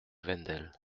wendel